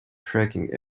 tracking